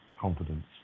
confidence